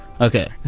Okay